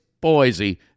Boise